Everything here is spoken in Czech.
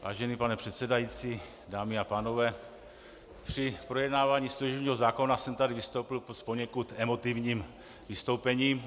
Vážený pane předsedající, dámy a pánové, při projednávání služebního zákona jsem tady vystoupil s poněkud emotivním vystoupením.